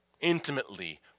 intimately